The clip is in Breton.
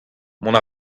mont